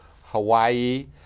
Hawaii